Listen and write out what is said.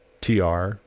TR